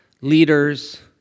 leaders